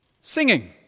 singing